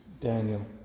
Daniel